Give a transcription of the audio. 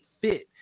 fit